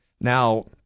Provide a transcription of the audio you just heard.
Now